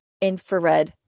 infrared